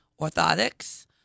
orthotics